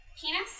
penis